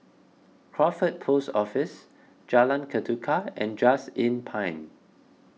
Crawford Post Office Jalan Ketuka and Just Inn Pine